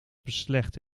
beslecht